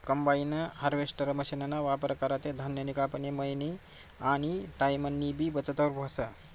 combine harvester मशीनना वापर करा ते धान्यनी कापनी, मयनी आनी टाईमनीबी बचत व्हस